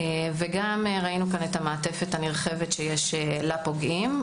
וגם ראינו את המעטפת הנרחבת שיש לפוגעים,